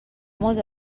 molta